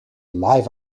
live